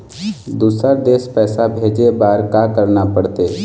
दुसर देश पैसा भेजे बार का करना पड़ते?